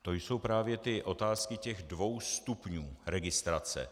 To jsou právě otázky těch dvou stupňů registrace.